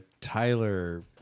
Tyler